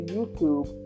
YouTube